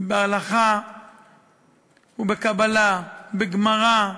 בהלכה ובקבלה, בגמרא,